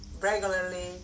regularly